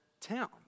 town